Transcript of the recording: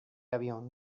avión